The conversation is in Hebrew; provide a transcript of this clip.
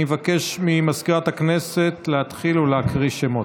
אני מבקש ממזכירת הכנסת להתחיל להקריא שמות.